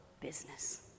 business